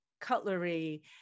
cutlery